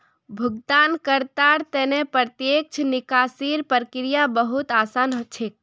भुगतानकर्तार त न प्रत्यक्ष निकासीर प्रक्रिया बहु त आसान छेक